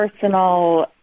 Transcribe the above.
personal